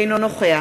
אינו נוכח